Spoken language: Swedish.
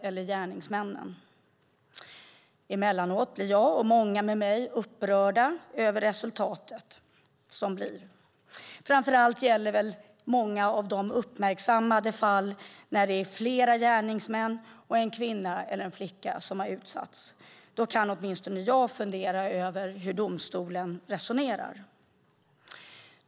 Emellanåt blir jag och många med mig upprörda över resultatet. Framför allt gäller det många av de uppmärksammade fall där det är flera gärningsmän och en ensam kvinna eller flicka som utsätts. Då kan åtminstone jag fundera över hur domstolar resonerar.